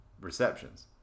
receptions